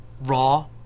Raw